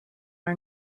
are